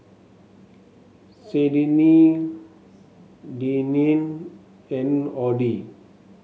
Sydnee Deneen and Audie